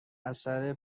اثر